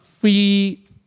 free